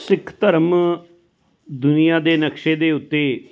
ਸਿੱਖ ਧਰਮ ਦੁਨੀਆਂ ਦੇ ਨਕਸ਼ੇ ਦੇ ਉੱਤੇ